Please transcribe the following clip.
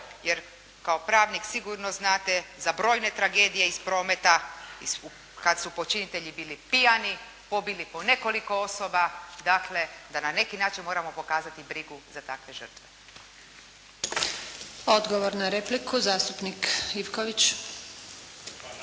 jer kao pravnik sigurno znate za brojne tragedije iz prometa, kada su počinitelji bili pijani, pobili po nekoliko osoba, dakle da na neki način moramo pokazati brigu za takve žrtve. **Antunović, Željka (SDP)** Odgovor na repliku, zastupnik Ivković.